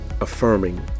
affirming